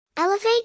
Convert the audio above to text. Elevate